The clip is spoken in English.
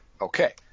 Okay